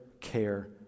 care